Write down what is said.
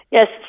Yes